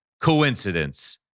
coincidence